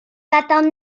gadael